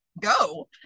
go